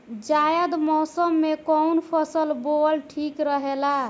जायद मौसम में कउन फसल बोअल ठीक रहेला?